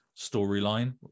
storyline